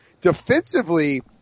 Defensively